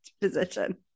position